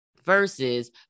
versus